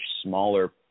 smaller